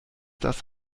das